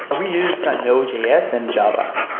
and we used node js and java.